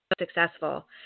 successful